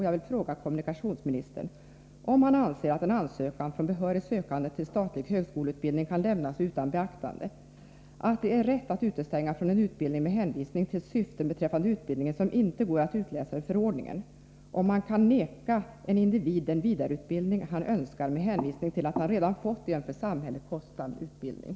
Jag O att en ansökan från behörig sökande till statlig högskoleutbildning kan lämnas utan beaktande; O att det är rätt att utestänga någon från en utbildning med hänvisning till syften beträffande utbildningen som inte går att utläsa ur förordningen samt O att man kan vägra en individ den vidareutbildning han önskar med hänvisning till att han redan fått en för samhället kostsam utbildning.